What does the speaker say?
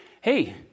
Hey